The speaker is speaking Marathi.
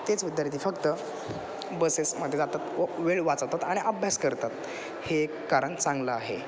तेच विद्यार्थी फक्त बसेसमध्येे जातात व वेळ वाचवतात आणि अभ्यास करतात हे एक कारण चांगलं आहे